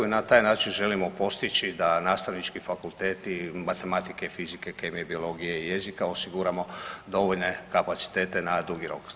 I na taj način želimo postići da nastavnički fakulteti matematike, fizike, kemije, biologije i jezika osiguramo dovoljne kapacitete na dugi rok.